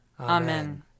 Amen